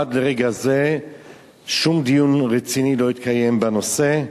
עד לרגע זה שום דיון רציני לא התקיים בנושא.